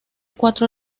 cuatro